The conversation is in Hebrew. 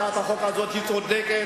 הצעת החוק הזאת היא צודקת,